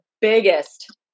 biggest